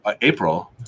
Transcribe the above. April